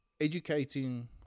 educating